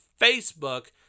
Facebook